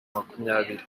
makumyabiri